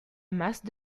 masse